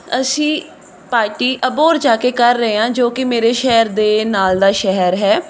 ਅਸੀਂ ਪਾਰਟੀ ਅਬੋਹਰ ਜਾ ਕੇ ਕਰ ਰਹੇ ਹਾਂ ਜੋ ਕਿ ਮੇਰੇ ਸ਼ਹਿਰ ਦੇ ਨਾਲ ਦਾ ਸ਼ਹਿਰ ਹੈ